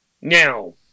now